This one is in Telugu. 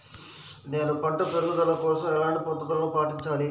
నేను పంట పెరుగుదల కోసం ఎలాంటి పద్దతులను పాటించాలి?